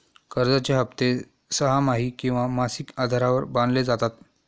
कर्जाचे हप्ते सहामाही किंवा मासिक आधारावर बांधले जातात